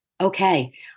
okay